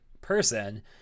person